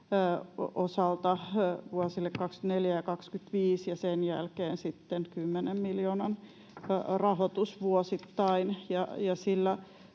osalta vuosille 24—25 ja sen jälkeen sitten 10 miljoonan rahoitus vuosittain.